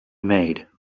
made